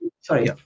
Sorry